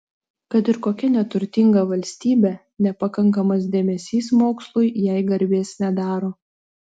kad ir kokia neturtinga valstybė nepakankamas dėmesys mokslui jai garbės nedaro